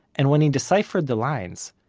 and when he deciphered the lines,